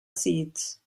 seeds